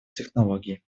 технологий